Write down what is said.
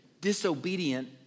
disobedient